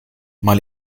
mal